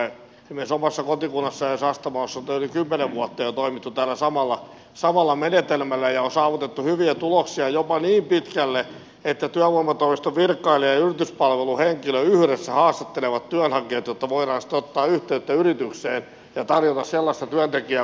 esimerkiksi omassa kotikunnassani sastamalassa on nyt jo yli kymmenen vuotta toimittu tällä samalla menetelmällä ja on saavutettu hyviä tuloksia jopa niin pitkälle että työvoimatoimiston virkailija ja yrityspalveluhenkilö yhdessä haastattelevat työnhakijat jotta voidaan sitten ottaa yhteyttä yritykseen ja tarjota sellaista työntekijää joka sinne soveltuu